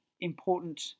important